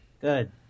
Good